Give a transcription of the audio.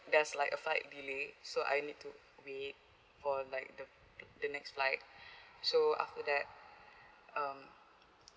there's like a flight delay so I need to wait for like the the next flight so after that um